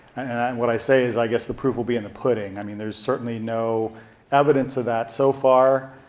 and what i say is i guess the proof will be in the pudding. i mean there's certainly no evidence of that so far.